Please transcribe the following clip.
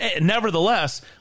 nevertheless